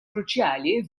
kruċjali